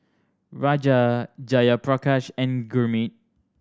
Raja Jayaprakash and Gurmeet